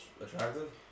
attractive